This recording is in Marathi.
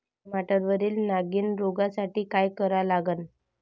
टमाट्यावरील नागीण रोगसाठी काय करा लागन?